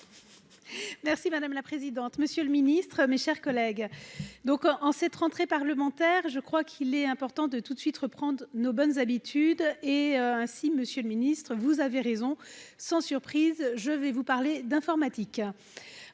Merci madame la présidente, monsieur le Ministre, mes chers collègues, donc en cette rentrée parlementaire, je crois qu'il est important de toute de suite reprendre nos bonnes habitudes et ainsi, Monsieur le Ministre, vous avez raison, sans surprise, je vais vous parler d'informatique,